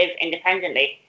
independently